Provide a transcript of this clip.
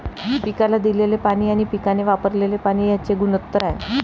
पिकाला दिलेले पाणी आणि पिकाने वापरलेले पाणी यांचे गुणोत्तर आहे